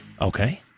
Okay